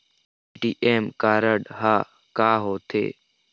ATM card हा का होते?